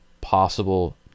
possible